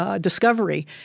discovery